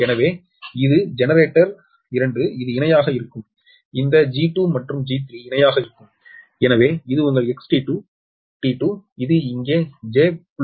எனவே இது ஜெனரேட்டர் 2 இது இணையாக இருக்கும் இந்த G 2 மற்றும் G 3 இணையாக இருக்கும் எனவே இது உங்கள் XT2 T2 இது இங்கே j0